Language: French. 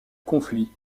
conflit